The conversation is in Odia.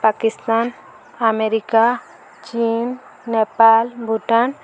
ପାକିସ୍ତାନ ଆମେରିକା ଚୀନ ନେପାଳ ଭୁଟାନ